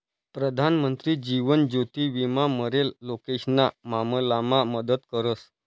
प्रधानमंत्री जीवन ज्योति विमा मरेल लोकेशना मामलामा मदत करस